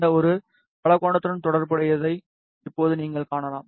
இந்த ஒரு பலகோணத்துடன் தொடர்புடையதை இப்போது நீங்கள் காணலாம்